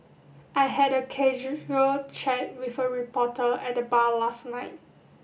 I had a casual chat with a reporter at the bar last night